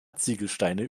ziegelsteine